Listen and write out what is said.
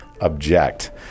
object